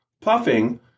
puffing